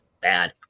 bad